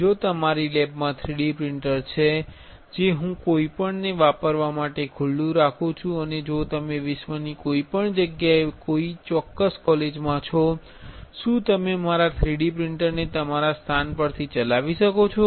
જો મારી લેબમાં 3D પ્રિંટર છે જે હું કોઈપણને વાપરવા માટે ખુલ્લું રાખું છું અને જો તમે વિશ્વની કોઈ પણ જગ્યાએ કોઈ ચોક્ક્સ કોલેજમાં છો શું તમે મારા 3D પ્રિન્ટરને તમારા સ્થાન પરથી ચલાવી શકો છો